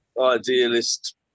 idealist